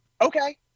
Okay